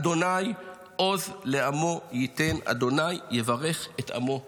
"ה' עֹז לעמו יתן, ה' יברך את עמו בשלום".